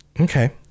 Okay